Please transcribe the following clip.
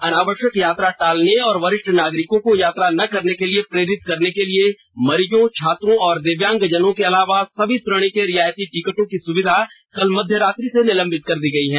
अनावश्यक यात्रा टालने और वरिष्ठ नागरिकों को यात्रा न करने के लिए प्रेरित करने के लिए मरीजों छात्रों और दिव्यांगजनों के अलावा सभी श्रेणी के रियायती टिकटों की सुविधा कल मध्यरात्रि से निलंबित की गई है